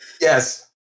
Yes